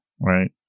Right